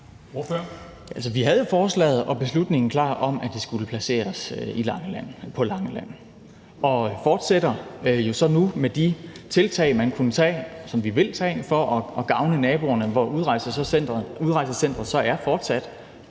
vi havde jo forslaget og beslutningen om, at det skulle placeres på Langeland, klar og fortsætter så nu med de tiltag, som vi vil tage, for at gavne naboerne der, hvor udrejsecenteret så fortsat